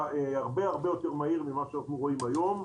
הרבה יותר מהיר ממה שאנחנו רואים היום.